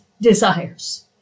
desires